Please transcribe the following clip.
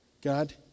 God